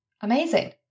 Amazing